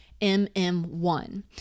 MM1